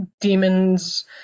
demons